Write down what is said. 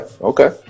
okay